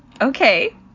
Okay